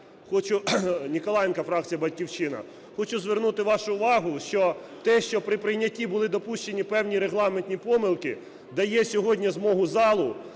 Ніколаєнко, фракція "Батьківщина". Хочу звернути вашу увагу, що те, що при прийнятті були допущені певні регламентні помилки, дає сьогодні змогу залу